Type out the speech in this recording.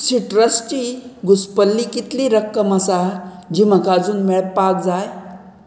सिट्रसची घुसपल्ली कितली रक्कम आसा जी म्हाका आजून मेळपाक जाय